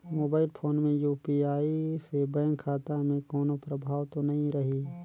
Mobile phone मे UPI से bank खाता मे कोनो प्रभाव तो नइ रही?